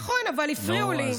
נכון, אבל הפריעו לי.